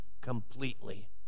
completely